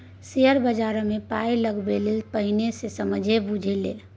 share बजारमे पाय लगेबा सँ पहिने समझि बुझि ले